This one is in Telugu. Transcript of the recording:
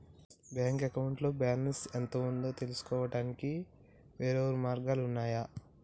బ్యాంక్ అకౌంట్లో బ్యాలెన్స్ ఎంత ఉందో తెలుసుకోవడానికి వేర్వేరు మార్గాలు ఉన్నయి